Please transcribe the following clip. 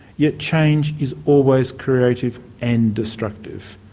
yet change is always creative and destructive.